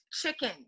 chicken